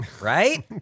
Right